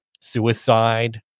suicide